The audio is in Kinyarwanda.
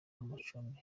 amacumbi